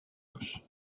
bush